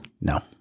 No